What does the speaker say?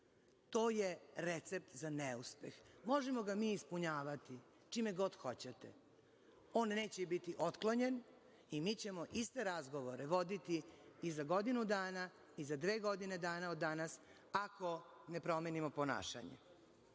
To je recept za neuspeh. Možemo ga mi ispunjavati čime god hoćete, on neće biti otklonjen, i mi ćemo iste razgovore voditi i za godinu dana i za dve godine dana od danas, ako ne promenimo ponašanje. Nešto